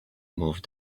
moved